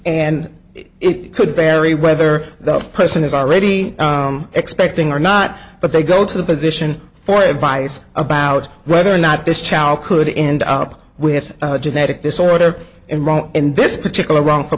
and it could bury whether the person is already expecting or not but they go to the position for advice about whether or not this child could end up with a genetic disorder in wrong in this particular wrong